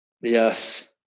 Yes